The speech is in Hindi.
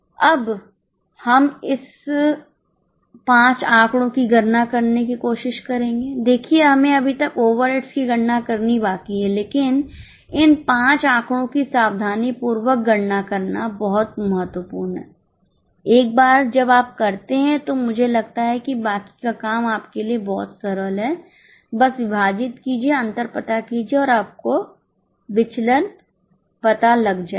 अब हम इस 5 आंकड़ों की गणना करने की कोशिश करेंगे देखिए हमें अभी तक ओवरहेड्स की गणना करनी बाकी है लेकिन इन 5 आंकड़ों की सावधानीपूर्वक गणना करना बहुत महत्वपूर्ण है एक बार जब आप करते हैं तो मुझे लगता है कि बाकी का काम आपके लिए बहुत सरल है बस विभाजित कीजिए अंतर पता कीजिए और आपको विचलन प्राप्त हो जाएगा